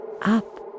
Up